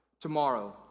tomorrow